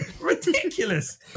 ridiculous